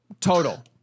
total